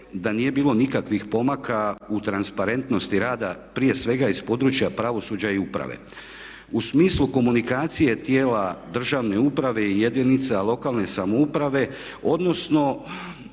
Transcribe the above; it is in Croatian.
da nije bilo nikakvih pomaka u transparentnosti rada prije svega iz područja pravosuđa i uprave u smislu komunikacije tijela državne uprave i jedinica lokalne samouprave sa